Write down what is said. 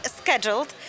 scheduled